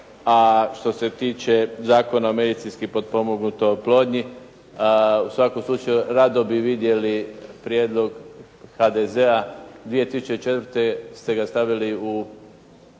a što se tiče zakona o medicinski potpomognutoj oplodnji, u svakom slučaju rado bi vidjeli prijedlog HDZ-a. 2004. ste ga stavili u ladicu,